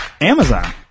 Amazon